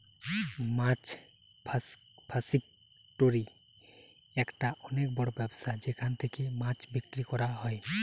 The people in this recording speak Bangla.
মাছ ফাসিকটোরি একটা অনেক বড় ব্যবসা যেখান থেকে মাছ বিক্রি করা হয়